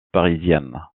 parisienne